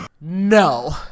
no